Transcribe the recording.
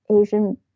Asian